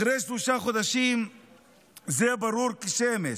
אחרי שלושה חודשים זה ברור כשמש: